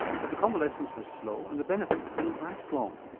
but the convalescence was slow and the benefits didn't last long.